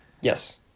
Yes